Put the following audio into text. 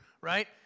Right